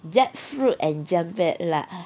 jack fruit and cempedak